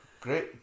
Great